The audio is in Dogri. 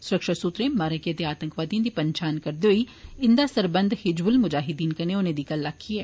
सुरक्षा सुर्रे मारे गेदे आतंकिएं दी पन्छान करदे होई इंदा सरबंध हिज्ब्ल म्जाहिद्दीन कन्नै होने दी गल्ल आक्खी ऐ